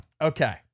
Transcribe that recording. Okay